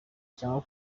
cyangwa